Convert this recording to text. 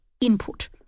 input